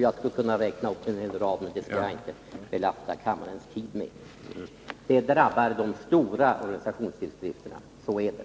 Jag skulle kunna räkna upp en hel rad, men det skall jag inte belasta kammarens tid med. — Nedskärningen drabbar de stora organisationstidskrifterna — så är det.